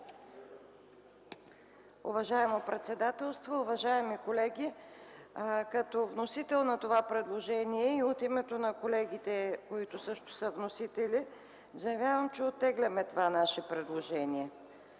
Уважаемо председателство, уважаеми колеги! Като вносител на това предложение и от името на колегите, които също са вносители, заявявам, че оттегляме това наше предложение.